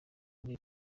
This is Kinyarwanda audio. muri